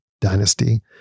dynasty